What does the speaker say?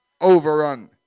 Overrun